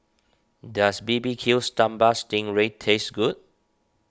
does Barbecue Sambal Sting Ray taste good